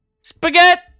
spaghetti